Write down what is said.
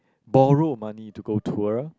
borrow money to go tour